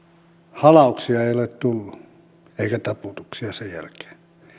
halauksia ei ei ole tullut eikä taputuksia sen jälkeen